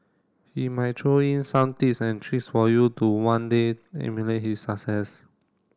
he might throw in some tips and tricks for you to one day emulate his success